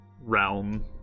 realm